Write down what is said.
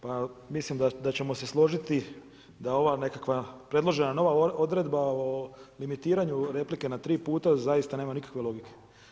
Pa mislim da ćemo se složiti da ova nekakva predložena nova odredba o limitiranju replike na tri puta zaista nema nikakve logike.